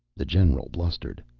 the general blustered.